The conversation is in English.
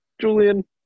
Julian